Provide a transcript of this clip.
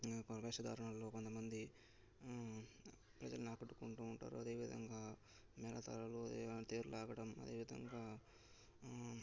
వే వేషధారణలో కొంతమంది ప్రజలను ఆకట్టుకుంటూ ఉంటారు అదేవిధంగా మేళతాళాలు తేరు లాగడం అదేవిధంగా